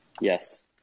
Yes